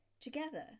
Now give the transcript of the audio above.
Together